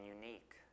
unique